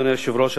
אדוני היושב-ראש,